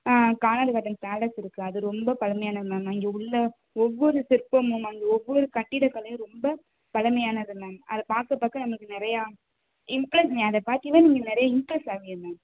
Kanadukathan palace இருக்கு அது ரொம்ப பழமையானது மேம் அங்கே உள்ள ஒவ்வொரு சிற்பமும் அங்கே ஒவ்வொரு கட்டிடக் கலையும் ரொம்ப பழமையானது மேம் அதைப் பார்க்க பார்க்க நம்மளுக்கு நிறையா இம்ப்ரஸ் அதை பார்த்தீங்கன்னா நீங்கள் நிறையா இம்ப்ரஸ் ஆவீய மேம்